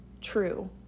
true